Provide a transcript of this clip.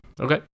Okay